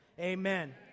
amen